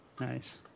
Nice